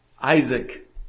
Isaac